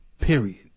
Period